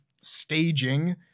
staging